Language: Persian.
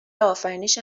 آفرینش